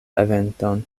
eventon